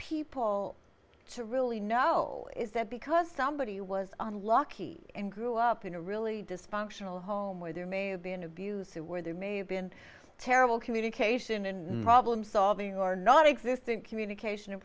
people to really know is that because somebody was unlucky and grew up in a really dysfunctional home where there may be an abusive where there may have been terrible communication and problem solving or not existing communication